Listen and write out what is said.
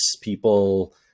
people